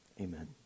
Amen